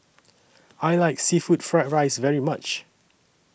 I like Seafood Fried Rice very much